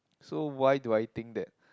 so why do I think that